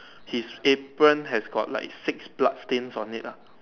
he stamp end has got like six blood stain on it lah